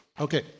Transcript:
Okay